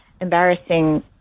embarrassing